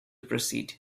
proceed